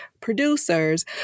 producers